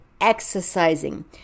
exercising